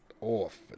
off